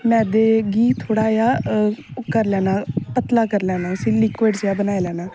मैदे गी थोह्ड़ा जेहा पतला करी लैना फ्ही लिक्वड जेहा बनाई लैना